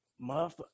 Muff